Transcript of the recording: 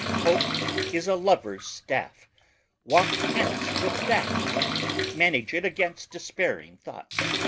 hope is a lover's staff walk hence with that, and manage it against despairing thoughts.